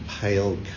pale